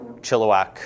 Chilliwack